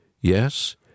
Yes